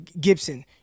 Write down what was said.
Gibson